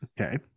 Okay